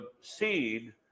seed